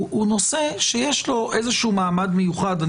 יש לו מעמד מיוחד.